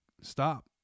Stop